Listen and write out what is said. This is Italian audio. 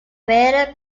vera